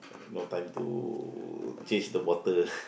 no time to change the water